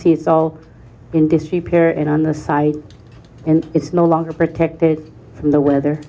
see it's all in disrepair and on the side and it's no longer protected from the weather